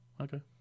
okay